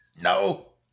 No